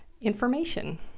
information